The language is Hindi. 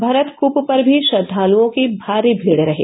भरत कृप पर भी श्रद्वालओं की भारी भीड़ रही